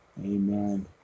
Amen